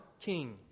king